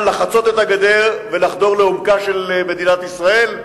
לחצות את הגדר ולחדור לעומקה של מדינת ישראל,